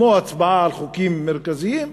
כמו הצבעה על חוקים מרכזיים,